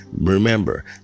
Remember